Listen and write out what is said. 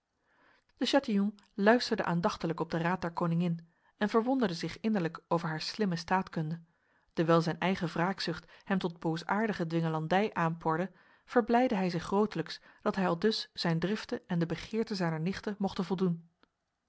de chatillon luisterde aandachtiglijk op de raad der koningin en verwonderde zich innerlijk over haar slimme staatkunde dewijl zijn eigen wraakzucht hem tot boosaardige dwingelandij aanporde verblijdde hij zich grotelijks dat hij aldus zijn driften en de begeerte zijner nichte mocht voldoen